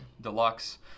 Deluxe